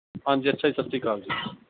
ਹਾਂਜੀ ਅੱਛਾ ਜੀ ਸਤਿ ਸ਼੍ਰੀ ਅਕਾਲ ਜੀ